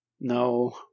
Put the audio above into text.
No